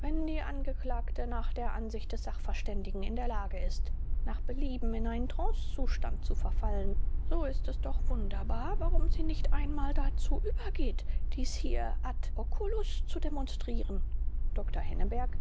wenn die angeklagte nach der ansicht des sachverständigen in der lage ist nach belieben in einen trancezustand zu verfallen so ist es doch wunderbar warum sie nicht einmal dazu übergeht dies hier ad oculus zu demonstrieren dr henneberg